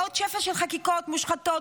עוד שפע של חקיקות מושחתות,